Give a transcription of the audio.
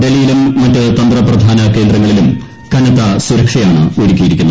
ഡൽഹിയിലും മറ്റ് തന്ത്രപ്രധാന്റ് കേന്ദ്രങ്ങളിലും കനത്ത സുരക്ഷയാണ് ഒരുക്കിയിരിക്കുന്നത്